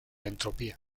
entropía